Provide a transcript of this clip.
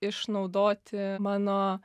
išnaudoti mano